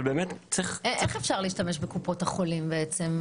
אבל באמת צריך -- איך אפשר להשתמש בקופות החולים בעצם?